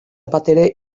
batere